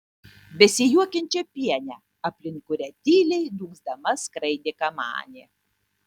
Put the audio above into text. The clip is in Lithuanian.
besijuokiančią pienę aplink kurią tyliai dūgzdama skraidė kamanė